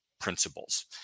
principles